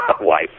Wife